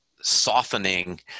softening